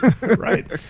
Right